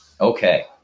Okay